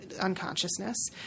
unconsciousness